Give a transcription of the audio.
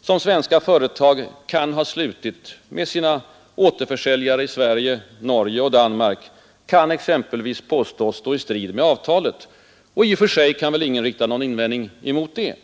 som svenska företag kan ha slutit med sina återförsäljare i Sverige, Norge och Danmark kan exempelvis påstås stå i strid med avtalet. I och för sig kan väl ingen rikta någon invändning mot detta.